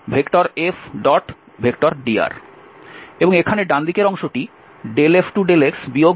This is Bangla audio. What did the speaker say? এবং এখানে ডান দিকের অংশটি F2∂x F1∂y প্রদত্ত অঞ্চল R এর উপর সমাকলন করা হয়েছে